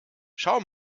schau